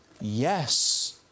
Yes